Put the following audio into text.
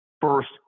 first